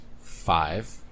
five